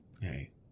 hey